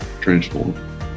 transform